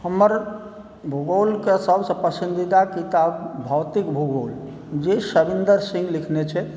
हमर भूगोलके सबसँ पसन्दीदा किताब भौतिक भूगोल जे शैलेन्दर सिंह लिखने छथि